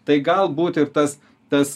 tai galbūt ir tas tas